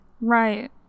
right